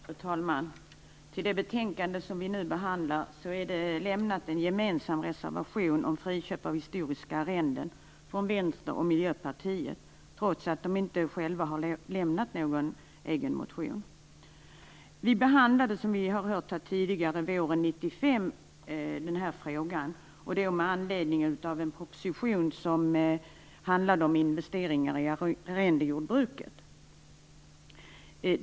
Fru talman! Till det betänkande vi nu behandlar har avgivits en gemensam reservation om friköp av historiska arrenden från Vänstern och Miljöpartiet - trots att de själva inte har lämnat någon egen motion. Som vi har hört behandlade vi den här frågan våren 1995, då med anledning av en proposition om investeringar i arrendejordbruket.